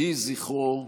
יהי זכרו ברוך.